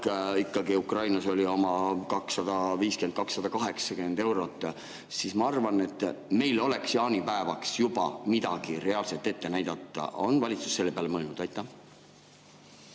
palk Ukrainas oli ikkagi 250–280 eurot, siis ma arvan, et meil oleks jaanipäevaks juba midagi reaalselt ette näidata. On valitsus selle peale mõeldud? Aitäh!